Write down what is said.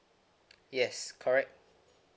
yes correct